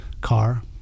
car